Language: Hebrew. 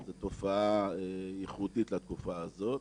זו תופעה ייחודית לתקופה הזאת.